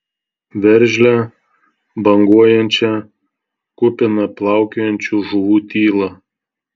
veržlią banguojančią kupiną plaukiojančių žuvų tylą